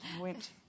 Went